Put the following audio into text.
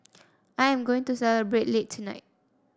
I am going to celebrate late tonight